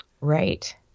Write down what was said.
Right